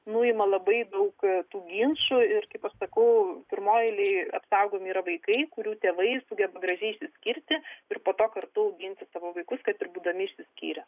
nuima labai daug tų ginčų ir kaip aš sakau pirmoj eilėj apsaugomi yra vaikai kurių tėvai sugeba gražiai išsiskirti ir po to kartu auginti savo vaikus kad ir būdami išsiskyrę